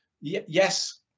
yes